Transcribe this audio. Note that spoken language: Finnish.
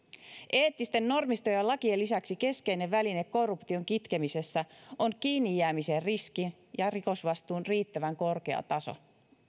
eettisten normistojen ja lakien lisäksi keskeinen väline korruption kitkemisessä on kiinni jäämisen riski ja rikosvastuun riittävän korkea taso